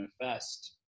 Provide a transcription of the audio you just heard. manifest